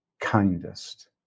kindest